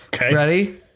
Ready